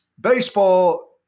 Baseball